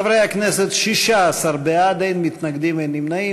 חברי הכנסת, 16 בעד, אין מתנגדים, אין נמנעים.